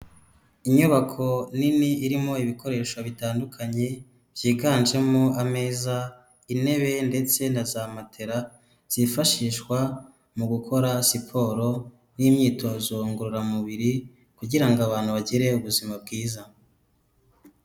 Inyubako nini irimo ibikoresho bitandukanye, byiganjemo ameza, intebe ndetse na za matera zifashishwa mu gukora siporo n'imyitozo ngororamubiri, kugira ngo abantu bagire ubuzima bwiza.